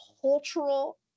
cultural